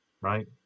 right